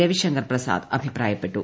രവിശങ്കർ പ്രസാദ് അഭിപ്രായപ്പെട്ടു